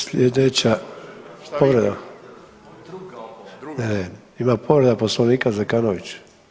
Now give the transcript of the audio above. Sljedeća povreda, ima povreda Poslovnika Zekanović.